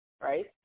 Right